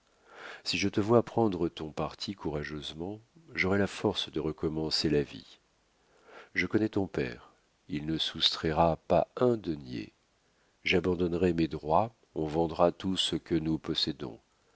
si je te vois prendre ton parti courageusement j'aurai la force de recommencer la vie je connais ton père il ne soustraira pas un denier j'abandonnerai mes droits on vendra tout ce que nous possédons